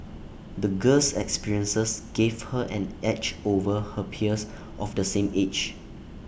the girl's experiences gave her an edge over her peers of the same age